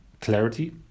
clarity